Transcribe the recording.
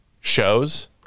shows